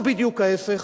או בדיוק ההיפך?